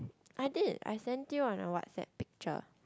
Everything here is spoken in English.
I did I sent you on a WhatsApp picture